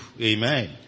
Amen